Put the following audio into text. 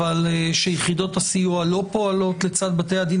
אבל שיחידות הסיוע לא פועלות לצד בתי הדין